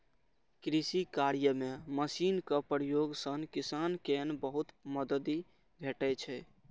कृषि कार्य मे मशीनक प्रयोग सं किसान कें बहुत मदति भेटै छै